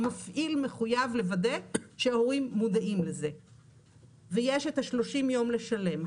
המפעיל מחויב לוודא שההורים מודעים לזה ויש את ה-30 יום לשלם.